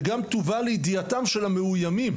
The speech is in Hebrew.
וגם תובא לידיעתם של המאויימים.